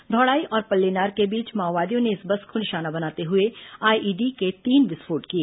धौड़ाई और पल्लेनार के बीच माओवादियों ने इस बस को निशाना बनाते हुए आईईडी के तीन विस्फोट किए